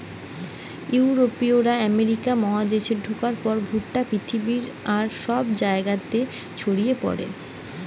ইউরোপীয়রা আমেরিকা মহাদেশে ঢুকার পর ভুট্টা পৃথিবীর আর সব জায়গা রে ছড়ি পড়ে